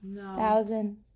Thousand